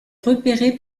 repéré